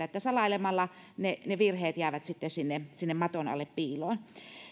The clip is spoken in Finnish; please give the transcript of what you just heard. että salailemalla ne ne virheet jäävät sitten sinne sinne maton alle piiloon